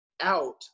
out